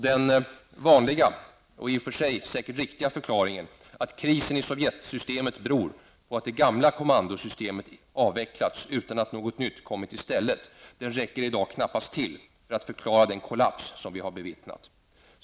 Den vanliga och i och för sig säkert riktiga förklaringen, att krisen i sovjetsystemet beror på att det gamla kommandosystemet avvecklats utan att något nytt kommit i stället, räcker i dag knappast till för att förklara den kollaps som vi nu bevittnar.